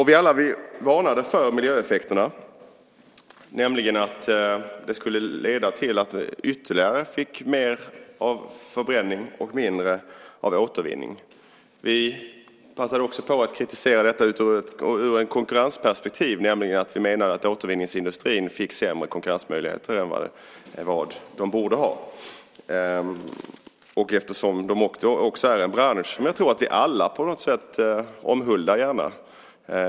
Vi alla varnade för miljöeffekterna, nämligen att det skulle leda till mer förbränning och mindre återvinning. Vi passade på att kritisera detta ur ett konkurrensperspektiv. Vi menade att återvinningsindustrin fick sämre konkurrensmöjligheter än vad den borde ha. Det är en bransch som vi alla gärna omhuldar.